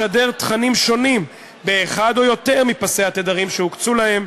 לשדר תכנים שונים באחד או יותר מפסי התדרים שהוקצו להם,